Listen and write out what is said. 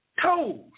toes